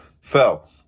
fell